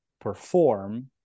perform